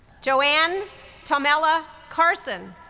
jo-ann tamila karhson,